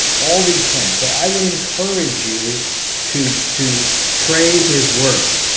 all these things. so i would encourage you to to pray his word,